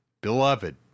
Beloved